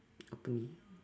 apa ini